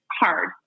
hard